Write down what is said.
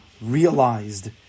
realized